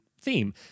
theme